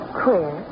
queer